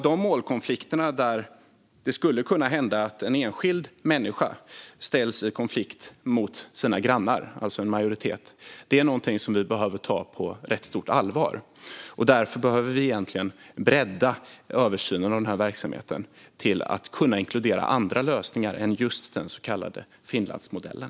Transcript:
De målkonflikterna innebär att det skulle kunna hända att en enskild människa hamnar i konflikt med sina grannar, alltså en majoritet. Det är någonting som vi behöver ta på rätt stort allvar. Därför behöver vi egentligen bredda översynen av verksamheten till att kunna inkludera andra lösningar än just den så kallade Finlandsmodellen.